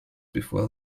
before